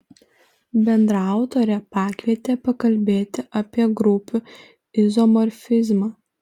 bendraautorę pakvietė pakalbėti apie grupių izomorfizmą